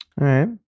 right